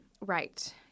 right